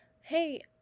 hey